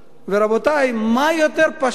רבותי, מה יותר פשוט